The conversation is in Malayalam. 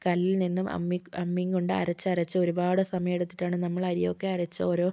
കല്ലിൽ നിന്നും അമ്മി അമ്മിയും കൊണ്ട് അരച്ചരച്ച് ഒരുപാട് സമയം എടുത്തിട്ടാണ് നമ്മൾ അരി ഒക്കെ അരച്ച് ഓരോ